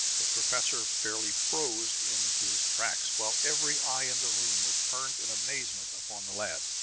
the professor fairly froze in his tracks, while every eye in the room was turned in amazement upon the lad.